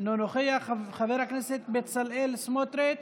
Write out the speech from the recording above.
אינו נוכח, חבר הכנסת בצלאל סמוטריץ'